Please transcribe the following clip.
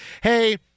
hey –